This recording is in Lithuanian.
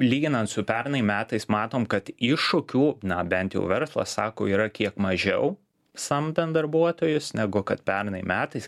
lyginant su pernai metais matom kad iššūkių na bent jau verslas sako yra kiek mažiau samdant darbuotojus negu kad pernai metais